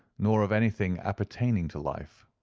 nor of anything appertaining to life.